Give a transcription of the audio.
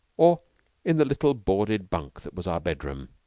or in the little boarded bunk that was our bedroom,